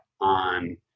on